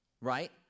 right